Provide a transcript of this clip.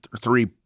three